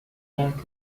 کرد